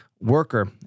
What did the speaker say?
worker